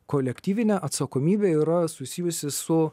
kolektyvinė atsakomybė yra susijusi su